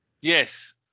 Yes